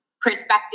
perspective